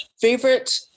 favorite